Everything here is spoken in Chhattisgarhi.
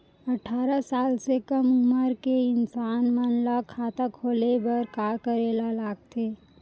अट्ठारह साल से कम उमर के इंसान मन ला खाता खोले बर का करे ला लगथे?